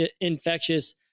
infectious